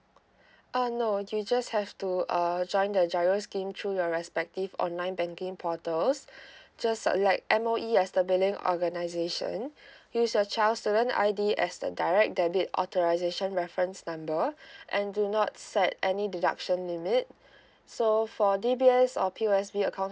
uh no you just have to uh join the giro scheme through your respective online banking portals just select M_O_E as the billing organisation use your child's student I_D as the direct debit authorisation reference number and do not set any deduction limit so for D_B_S or P_O_S_B account